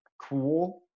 cool